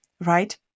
right